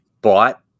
bought